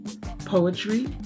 poetry